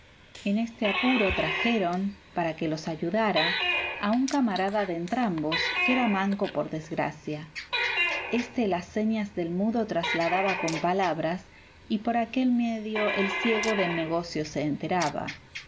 en este apuro trajeron para que los ayudara a un camarada de entrambos que era manco por desgracia éste las señas del mudo trasladaba con palabras y por aquel medio el ciego del negocio se enteraba